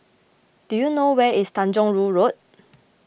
do you know where is Tanjong Rhu Road